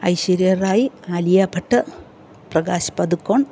Aishwarya Rai Alia Bhatt Prakash Padukone